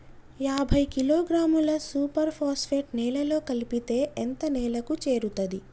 యాభై కిలోగ్రాముల super phosphate నేలలో కలిపితే ఎంత నేలకు చేరుతది?